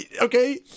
Okay